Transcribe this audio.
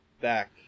back